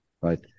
Right